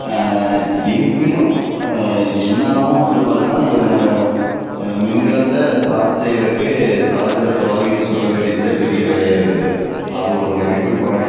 இருப்பினும் எந்நேரமும் வந்துட்டு பார்த்தீனா இதுனால் மின்கலத்தை சார்ஜ் செய்கிறக்கு சார்ஜரை தொலாவிவிட்டு சுற்ற வேண்டியதே பெரிய வேலையாக இருக்குது அது ஒரு நெகட்டிவ் பாயிண்ட்